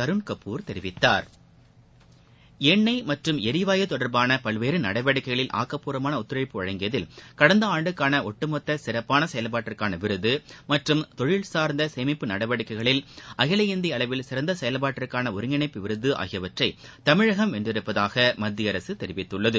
தருண் கபூர் தெரிவித்தார் எண்ணெய் மற்றும் எரிவாயு தொடர்பான பல்வேறு நடவடிக்கைகளில் ஆக்கப்பூர்வமாள ஒத்துழைப்பு வழங்கியதில் கடந்த ஆண்டுக்கான ஒட்டுமொத்த சிறப்பான செயல்பாட்டிற்கான விருது மற்றும் தொழில் சார்ந்த சேமிப்பு நடவடிக்கைகளில் அகில இந்திய அளவில் சிறந்த செயல்பாட்டிற்கான ஒருங்கிணைப்பு விருது ஆகியவற்றை தமிழகம் வென்றுள்ளதாக மத்திய அரசு தெரிவித்துள்ளது